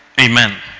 Amen